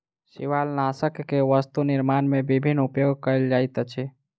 शिवालनाशक के वस्तु निर्माण में विभिन्न उपयोग कयल जाइत अछि